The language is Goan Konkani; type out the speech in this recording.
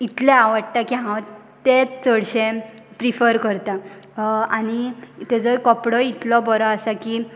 इतलें आवडटा की हांव तेंच चडशें प्रिफर करता आनी तेजोय कपडोय इतलो बरो आसा की